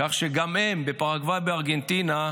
כך שגם הם בפרגוואי ובארגנטינה,